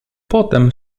potem